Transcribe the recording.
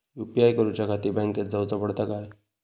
UPI करूच्याखाती बँकेत जाऊचा पडता काय?